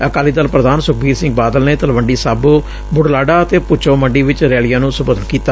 ਅਕਾਲੀ ਦਲ ਪ੍ਰਧਾਨ ਸੁਖਬੀਰ ਸਿੰਘ ਬਾਦਲ ਨੇ ਤਲਵੰਡੀ ਸਾਬੋ ਬੁਢਲਾਡਾ ਅਤੇ ਭੁਚੋ ਮੰਡੀ ਚ ਰੈਲੀਆਂ ਨੂੰ ਸੰਬੋਧਨ ਕੀਤਾ